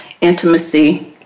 intimacy